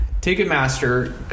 Ticketmaster